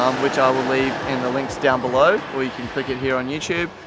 um which i will leave in the links down below, or you can click it here on youtube.